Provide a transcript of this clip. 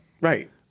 Right